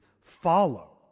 follow